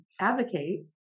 advocate